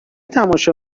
تماشا